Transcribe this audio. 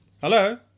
Hello